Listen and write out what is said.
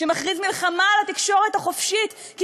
שמכריז מלחמה על התקשורת החופשית כי